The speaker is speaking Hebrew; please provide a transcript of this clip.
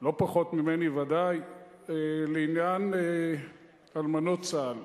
לא פחות ממני בוודאי, לעניין אלמנות צה"ל.